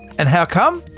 and how come?